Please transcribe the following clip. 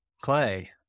Clay